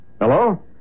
Hello